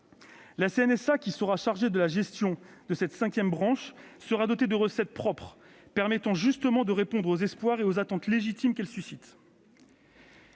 La CNSA, qui sera chargée de la gestion de cette cinquième branche, sera dotée de recettes propres, ce qui permettra justement de répondre aux espoirs et aux attentes légitimes qu'elle suscite.